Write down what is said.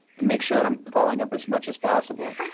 and make sure that i'm following up as much as possible.